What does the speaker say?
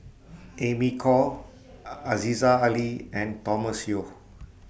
Amy Khor Aziza Ali and Thomas Yeo